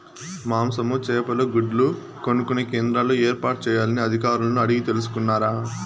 మాంసము, చేపలు, గుడ్లు కొనుక్కొనే కేంద్రాలు ఏర్పాటు చేయాలని అధికారులను అడిగి తెలుసుకున్నారా?